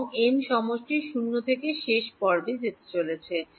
এবং m সমষ্টি 0 থেকে শেষ পর্বে যেতে চলেছে